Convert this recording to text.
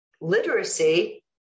literacy